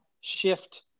shift